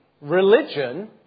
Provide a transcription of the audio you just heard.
religion